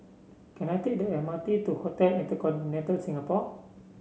can I take the M R T to Hotel InterContinental Singapore